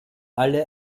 alle